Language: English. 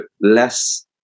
less